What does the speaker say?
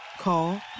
Call